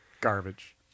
garbage